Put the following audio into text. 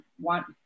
want